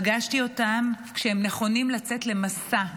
פגשתי אותם כשהם נכונים לצאת למסע,